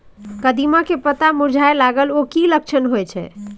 कदिम्मा के पत्ता मुरझाय लागल उ कि लक्षण होय छै?